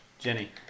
Jenny